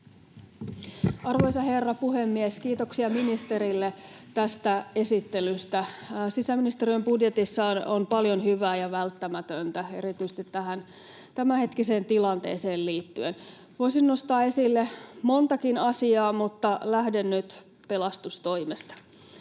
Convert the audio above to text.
Arvoisa herra puhemies! Kiitoksia ministerille tästä esittelystä. Sisäministeriön budjetissa on paljon hyvää ja välttämätöntä erityisesti tähän tämänhetkiseen tilanteeseen liittyen. Voisin nostaa esille montakin asiaa, mutta lähden nyt pelastustoimesta.